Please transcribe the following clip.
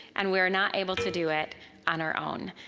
and we are not able to do it on our own.